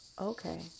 okay